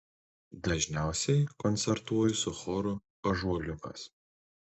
dažniausiai koncertuoju su choru ąžuoliukas